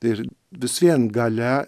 ir vis vien galia